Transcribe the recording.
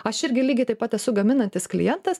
aš irgi lygiai taip pat esu gaminantis klientas